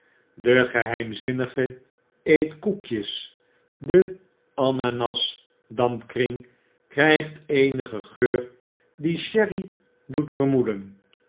de geheimzinnige eet koekjes de ananas dampkring krijgt eenigen geur die sherry doet vermoeden